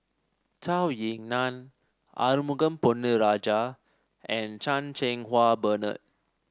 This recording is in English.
Zhou Ying Nan Arumugam Ponnu Rajah and Chan Cheng Wah Bernard